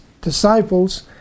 disciples